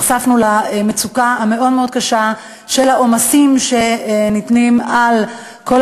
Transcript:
נחשפנו למצוקה המאוד מאוד קשה בגלל העומס שמוטל על כל